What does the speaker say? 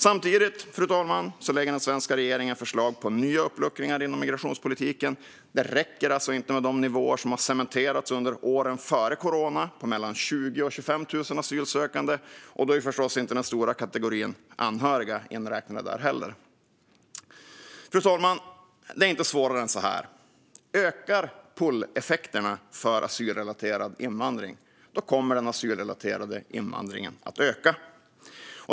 Samtidigt lägger den svenska regeringen fram förslag till nya uppluckringar av migrationspolitiken. Det räcker alltså inte med de nivåer som har cementerats under åren före corona på mellan 20 000 och 25 000 asylsökande, och då är förstås den stora kategorin anhöriga inte inräknad. Fru talman! Det är inte svårare än så här: Ökar pulleffekterna för asylrelaterad invandring kommer den asylrelaterade invandringen att öka.